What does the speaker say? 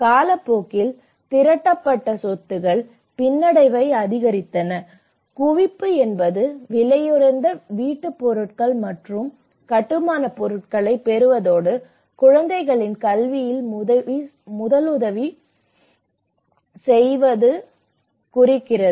காலப்போக்கில் திரட்டப்பட்ட சொத்துக்கள் பின்னடைவை அதிகரித்தன குவிப்பு என்பது விலையுயர்ந்த வீட்டுப் பொருட்கள் மற்றும் கட்டுமானப் பொருட்களைப் பெறுவதோடு குழந்தைகளின் கல்வியில் முதலீடு செய்வதையும் குறிக்கிறது